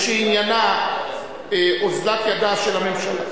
שעניינה אוזלת ידה של הממשלה